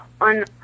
on –